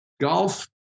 golf